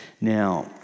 Now